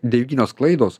devynios klaidos